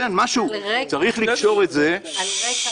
כן, צריך לקשור את זה --- על רקע.